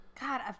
God